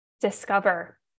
discover